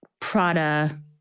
Prada